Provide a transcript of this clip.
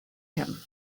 him